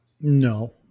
No